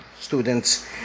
students